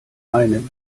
einen